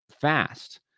fast